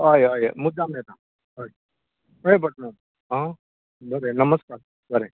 हय हय मुद्दम येता हय बरें पात्रांव हां बरें नमस्कार बरें